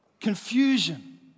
confusion